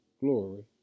glory